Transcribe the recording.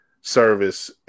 service